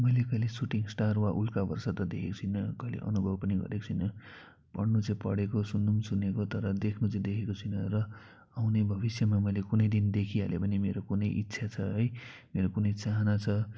मैले कहिले shooting star वा उल्का वर्षा त देखेको छुइनँ कहिले अनुभव पनि गरेको छुइनँ पढ्नु चाहिँ पढेको सुन्नु पनि सुनेको तर देख्नु चाहिँ देखेको छुइनँ र आउने भविष्यमा मैले कुनै दिन देखिहालेँ भने मेरो कुनै इच्छा छ है मेरो कुनै चाहना छ